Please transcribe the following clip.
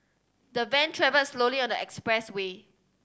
the van travelled slowly on the expressway